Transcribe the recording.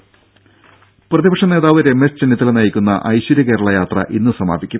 ടെട പ്രതിപക്ഷ നേതാവ് രമേശ് ചെന്നിത്തല നയിക്കുന്ന ഐശ്വര്യ കേരള യാത്ര ഇന്ന് സമാപിക്കും